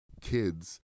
kids